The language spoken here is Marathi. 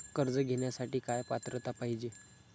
कर्ज घेण्यासाठी काय पात्रता पाहिजे?